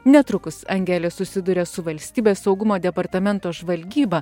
netrukus angelė susiduria su valstybės saugumo departamento žvalgyba